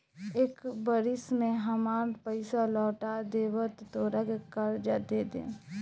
एक बरिस में हामार पइसा लौटा देबऽ त तोहरा के कर्जा दे देम